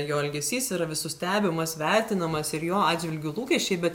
jo elgesys yra visų stebimas vertinamas ir jo atžvilgiu lūkesčiai bet